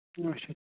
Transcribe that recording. اَچھا